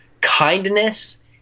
kindness